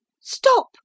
Stop